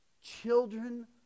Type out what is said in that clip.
Children